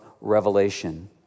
Revelation